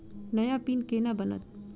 नया पिन केना बनत?